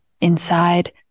inside